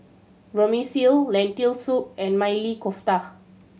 Vermicelli Lentil Soup and Maili Kofta